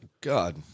God